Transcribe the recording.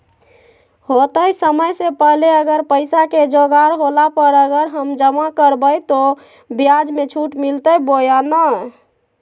होतय समय से पहले अगर पैसा के जोगाड़ होला पर, अगर हम जमा करबय तो, ब्याज मे छुट मिलते बोया नय?